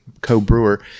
co-brewer